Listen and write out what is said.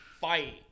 fight